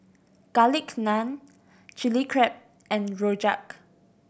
Garlic Naan Chili Crab and rojak